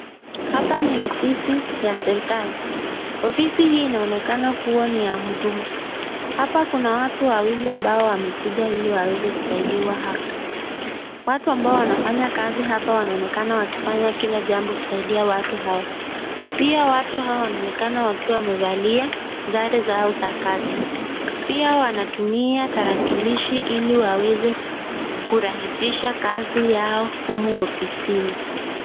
Hapa ni ofisi ya serekali, ofisi hii inaonekana kuwa ni ya huduma. Hapa kuna watu wawili ambao wamekuja ili waweze kusaidiwa hapa. Watu ambao wanafanya kazi hapa wanaonekana wakifanya kila jambo kusaidia watu hawa, pia watu hawa wanaonekana wakiwa wamevalia sare zao za kazi. Pia wanatumia tarakilishi ili waweze kurahisisha kazi yao humu ofisini.